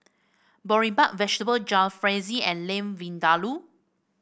Boribap Vegetable Jalfrezi and Lamb Vindaloo